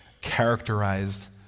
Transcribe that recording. characterized